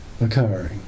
occurring